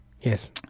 Yes